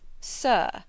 sir